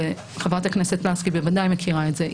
וחברת הכנסת לסקי בוודאי מכירה את זה,